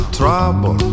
trouble